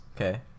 okay